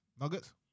Nuggets